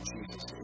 Jesus